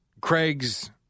Craig's